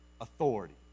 authority